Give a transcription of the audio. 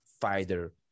fighter